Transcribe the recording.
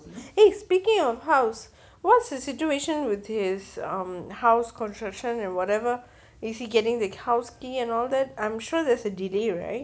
eh speaking of house what's the situation with his um house construction and whatever is he getting the house key and all that I'm sure there's a delay right